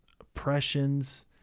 oppressions